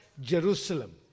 Jerusalem